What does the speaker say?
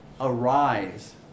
arise